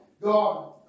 God